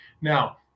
Now